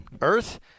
earth